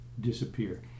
disappear